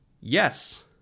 yes